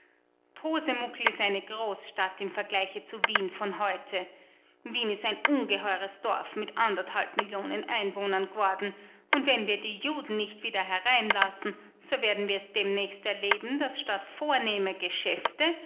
posemukel ist eine großstadt im vergleiche zu wien von heute wien ist ein ungeheures dorf mit anderthalb millionen einwohnern geworden und wenn wir die juden nicht wieder hereinlassen so werden wir es demnächst erleben daß statt vornehmer geschäfte